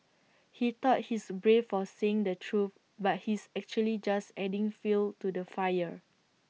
he thought he's brave for saying the truth but he's actually just adding fuel to the fire